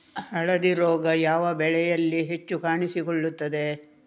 ಹಳದಿ ರೋಗ ಯಾವ ಬೆಳೆಯಲ್ಲಿ ಹೆಚ್ಚು ಕಾಣಿಸಿಕೊಳ್ಳುತ್ತದೆ?